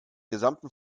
gesamten